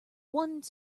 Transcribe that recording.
one